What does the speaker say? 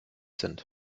sind